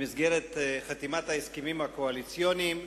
במסגרת חתימת ההסכמים הקואליציוניים,